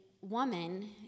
woman